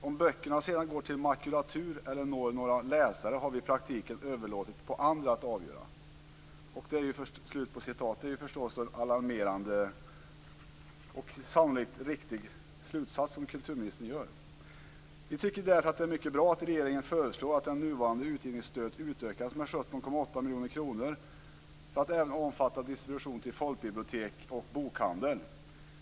Om böckerna sedan går till makulatur eller når några läsare har vi i praktiken överlåtit på andra att avgöra". Det är förstås en alarmerande och sannolikt riktig slutsats som kulturministern drar. Vi tycker därför att det är mycket bra att regeringen föreslår att det nuvarande utgivningsstödet utökas med 17,8 miljoner kronor, för att även omfatta distribution till folkbibliotek och bokhandeln.